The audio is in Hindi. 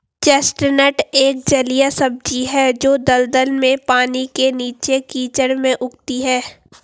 चेस्टनट एक जलीय सब्जी है जो दलदल में, पानी के नीचे, कीचड़ में उगती है